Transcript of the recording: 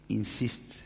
insist